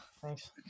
Thanks